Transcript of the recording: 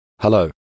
Hello